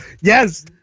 yes